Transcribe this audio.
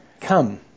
come